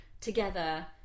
together